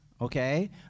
okay